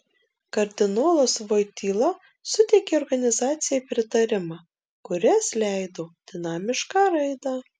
kardinolas voityla suteikė organizacijai pritarimą kuris leido dinamišką raidą